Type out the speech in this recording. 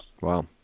Wow